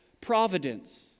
providence